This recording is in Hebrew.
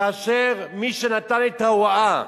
כאשר מי שנתן את ההוראה